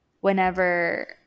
whenever